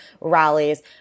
rallies